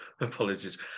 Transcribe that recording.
Apologies